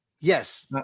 yes